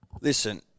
Listen